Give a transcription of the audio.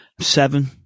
seven